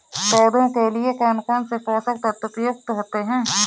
पौधे के लिए कौन कौन से पोषक तत्व उपयुक्त होते हैं?